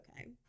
okay